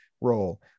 role